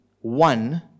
one